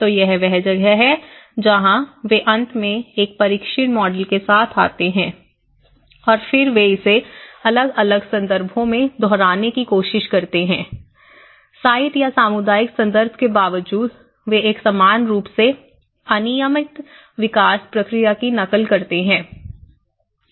तो यह वह जगह है जहाँ वे अंत में एक परीक्षण मॉडल के साथ आते हैं और फिर वे इसे अलग अलग संदर्भों में दोहराने की कोशिश करते हैं साइट या सामुदायिक संदर्भ के बावजूद वे एक समान रूप से अनियमित विकास प्रक्रिया की नकल करते हैं